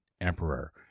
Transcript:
emperor